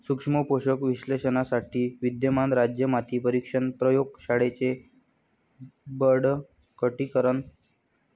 सूक्ष्म पोषक विश्लेषणासाठी विद्यमान राज्य माती परीक्षण प्रयोग शाळांचे बळकटीकरण